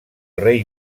rei